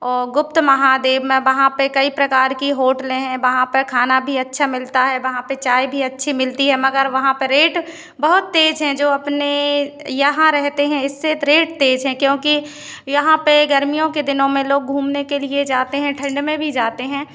और गुप्त महादेव में वहाँ पे कई प्रकार की होटले हैं वहाँ पर खाना भी अच्छा मिलता है वहाँ पे भी चाय भी अच्छी मिलती है मगर वहाँ पे रेट बहुत तेज़ हैं जो अपने यहाँ रहते हैं इससे त रेट तेज़ हैं क्योंकि यहाँ पे गर्मियों के दिनों में लोग घूमने के लिए जाते हैं ठंड में भी जाते हैं